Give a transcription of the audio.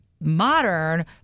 modern